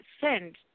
send